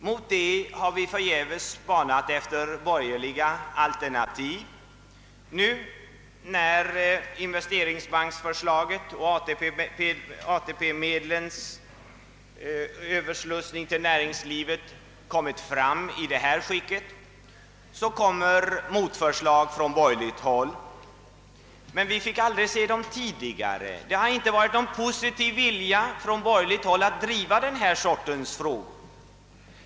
Däremot har vi förgäves spanat efter borgerliga alternativ. Först när förslag om investeringsbankens och ATP medlens överslussning till näringslivet framföres av regeringen kommer motförslag från borgerligt håll. Dessa förslag har vi inte fått se tidigare. De borgerliga har inte visat någon positiv vilja att driva detta slag av frågor.